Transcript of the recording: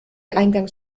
eingangs